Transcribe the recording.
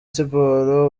siporo